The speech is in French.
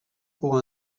pour